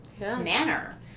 manner